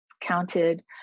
counted